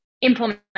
implement